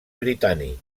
britànic